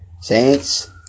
Saints